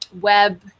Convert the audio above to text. Web